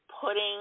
putting